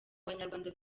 abanyarwanda